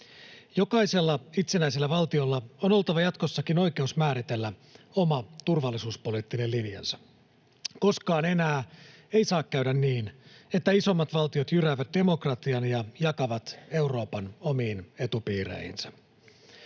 Jokaisella itsenäisellä valtiolla on oltava jatkossakin oikeus määritellä oma turvallisuuspoliittinen linjansa. Koskaan enää ei saa käydä niin, että isommat valtiot jyräävät demokratian ja jakavat Euroopan omiin etupiireihinsä.